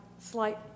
slight